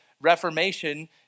Reformation